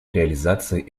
реализации